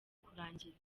kurangira